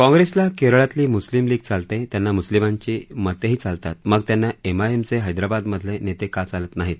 काँग्रेसला केरळातली मुस्लिम लीग चालते त्यांना मुस्लिमांची मतेही चालतात मग त्यांना एमआयएमचे हैद्राबादमधले नेते का चालत नाहीत